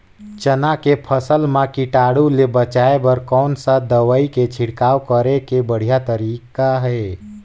चाना के फसल मा कीटाणु ले बचाय बर कोन सा दवाई के छिड़काव करे के बढ़िया तरीका हे?